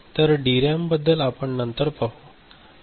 तर डीरॅमबद्दल आपण नंतर पाहू